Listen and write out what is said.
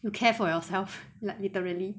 you care for yourself like literally